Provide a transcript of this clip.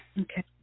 Okay